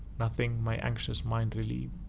nothing my anxious mind relieve.